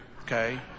Okay